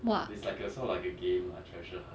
!wah!